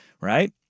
Right